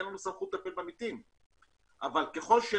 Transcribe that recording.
אין לנו סמכות לטפל במתים אבל ככל שתהיה